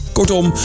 Kortom